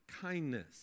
Kindness